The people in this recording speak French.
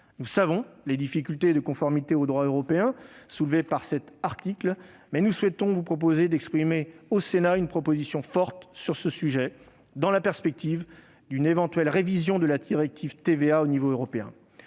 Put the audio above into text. Nous savons les difficultés de conformité au droit européen soulevées par cet article, mais nous souhaitons vous proposer que le Sénat exprime une position forte sur ce sujet, dans la perspective d'une éventuelle révision de la directive TVA au niveau européen.